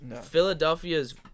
Philadelphia's